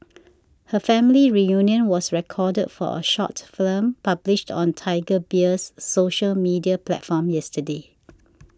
her family reunion was recorded for a short film published on Tiger Beer's social media platforms yesterday